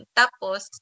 tapos